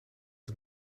het